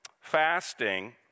fasting